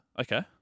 Okay